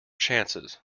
chances